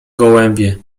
gołębie